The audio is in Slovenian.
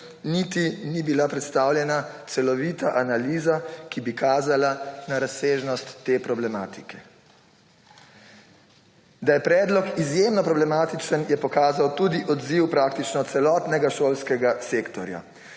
niti ni bila predstavljena celovita analiza, ki bi kazala na razsežnost te problematike. Da je predlog izjemno problematičen, je pokazal tudi odziv praktično celotnega šolskega sektorja.